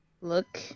look